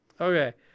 Okay